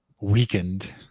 Weakened